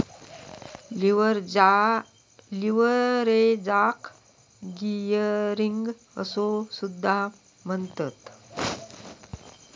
लीव्हरेजाक गियरिंग असो सुद्धा म्हणतत